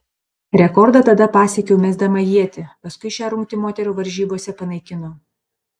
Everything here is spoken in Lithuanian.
rekordą tada pasiekiau mesdama ietį paskui šią rungtį moterų varžybose panaikino